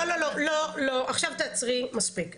לא, לא, עכשיו תעצרי, מספיק.